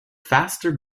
faster